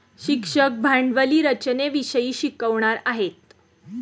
शिक्षक भांडवली रचनेविषयी शिकवणार आहेत